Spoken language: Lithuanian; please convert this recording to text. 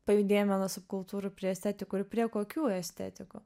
pajudėjome nuo subkultūrų prie estetikų ir prie kokių estetikų